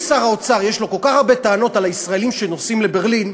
אם שר האוצר יש לו כל כך הרבה טענות על הישראלים שנוסעים לברלין,